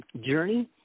journey